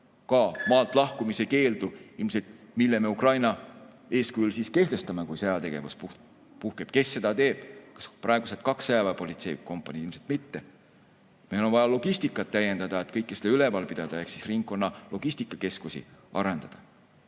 ka maalt lahkumise keeldu, mille me Ukraina eeskujul kehtestame, kui sõjategevus puhkeb. Kes seda teeb? Kas praegused kaks sõjaväepolitsei kompaniid? Ilmselt mitte. Meil on vaja logistikat täiendada, et kõike seda üleval pidada ehk ringkonna logistikakeskusi arendada.